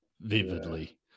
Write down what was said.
vividly